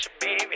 baby